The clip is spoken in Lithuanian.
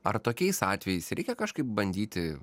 ar tokiais atvejais reikia kažkaip bandyti